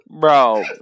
Bro